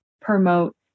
promote